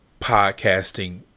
podcasting